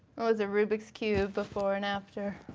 was a rubik's cube, before and after.